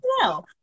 no